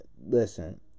listen